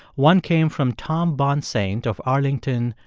one came from tom bonsaint of arlington,